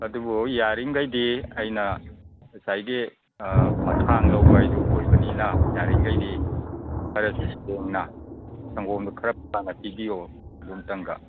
ꯑꯗꯨꯕꯨ ꯌꯥꯔꯤꯒꯩꯗꯤ ꯑꯩꯅ ꯉꯁꯥꯏꯒꯤ ꯃꯊꯥꯡ ꯂꯧꯕ ꯍꯥꯏꯗꯨ ꯑꯣꯏꯕꯅꯤꯅ ꯌꯥꯔꯤꯒꯩꯗꯤ ꯈꯔ ꯁꯦꯡꯅ ꯁꯪꯒꯣꯝꯗꯨ ꯈꯔ ꯐꯅ ꯄꯤꯕꯤꯎ ꯑꯗꯨ ꯑꯝꯇꯪꯒ